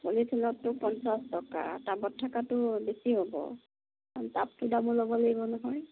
পলিথিনৰটো পঞ্চাশ টকা টাবত থকাটো বেছি হ'ব কাৰণ টাবটোৰ দামো ল'ব লাগিব নহয়